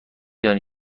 دانی